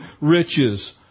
riches